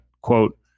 quote